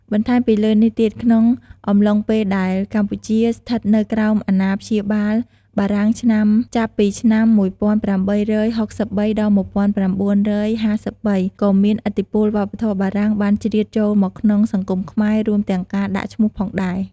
បន្ថែមពីលើនេះទៀត ក្នុងអំឡុងពេលដែលកម្ពុជាស្ថិតនៅក្រោមអាណាព្យាបាលបារាំងឆ្នាំ ចាប់ពីឆ្នាំ ១៨៦៣ ដល់ ១៩៥៣ ក៏មានឥទ្ធិពលវប្បធម៌បារាំងបានជ្រៀតចូលមកក្នុងសង្គមខ្មែរ រួមទាំងការដាក់ឈ្មោះផងដែរ។។